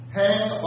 hang